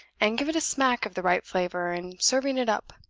and give it a smack of the right flavor in serving it up.